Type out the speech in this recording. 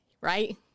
right